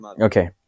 Okay